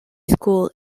school